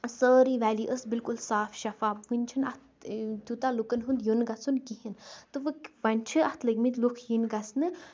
سٲری ویلی ٲسۍ بالکل صاف شفاف وٕنہِ چھُنہٕ اتھ تِیوٗتاہ لُکَن ہُند یُن گَژھُن کہیٖنۍ تہٕ وٕ وۄنۍ چھِ اتھ لٕگمٕتۍ لُکھ یِنۍ گَژھٕنۍ